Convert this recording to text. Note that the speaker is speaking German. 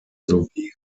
sowie